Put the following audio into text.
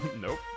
Nope